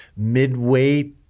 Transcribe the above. midweight